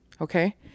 Okay